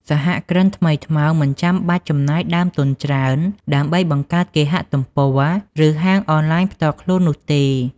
សហគ្រិនថ្មីថ្មោងមិនចាំបាច់ចំណាយដើមទុនច្រើនដើម្បីបង្កើតគេហទំព័រ ឬហាងអនឡាញផ្ទាល់ខ្លួននោះទេ។